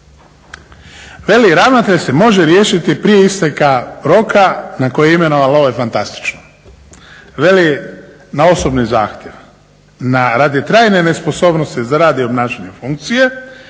Veli ravnatelj se može riješiti prije isteka roka na koji je imenovan, ali ovo je fantastično, veli na osobni zahtjev, radi trajne nesposobnosti za rad i obnašanje funkcije,